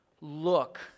look